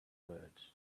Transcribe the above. words